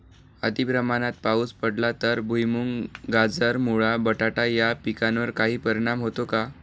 अतिप्रमाणात पाऊस पडला तर भुईमूग, गाजर, मुळा, बटाटा या पिकांवर काही परिणाम होतो का?